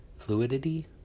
Fluidity